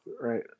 Right